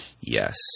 Yes